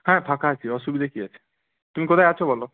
হ্যাঁ ফাঁকা আছি অসুবিধে কী আছে তুমি কোথায় আছো বলো